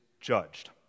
judged